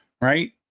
right